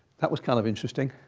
that was kind of interesting.